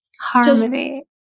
Harmony